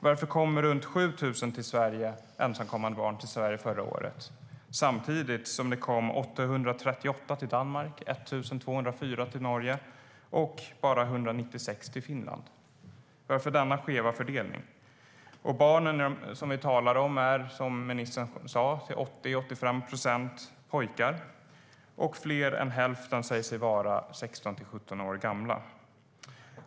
Varför kom det runt 7 000 ensamkommande barn till Sverige förra året samtidigt som det kom 838 till Danmark, 1 204 till Norge och bara 196 till Finland? Varför denna skeva fördelning? De barn vi talar om är, som ministern sa, till 80-85 procent pojkar, och fler än hälften säger sig vara 16-17 år gamla.